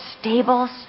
stables